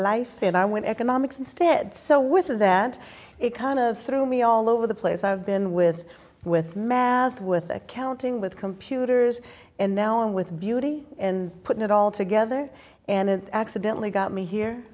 life and i went economics instead so with of that it kind of threw me all over the place i've been with with math with accounting with computers and now and with beauty and put it all together and it accidentally got me here